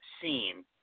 seen